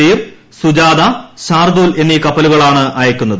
തീർ സുജാത ശാർദൂൽ എന്നീ കപ്പലുകളാണ് അയക്കുന്നത്